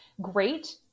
great